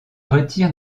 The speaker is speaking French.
retire